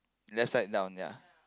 that side down ya